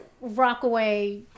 Rockaway